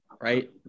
right